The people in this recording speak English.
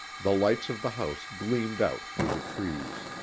the lights of the house gleamed out through the trees.